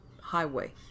highway